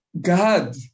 God